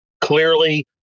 clearly